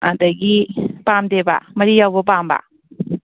ꯑꯗꯒꯤ ꯄꯥꯝꯗꯦꯕ ꯃꯔꯤ ꯌꯥꯎꯕ ꯄꯥꯝꯕ